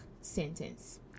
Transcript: sentence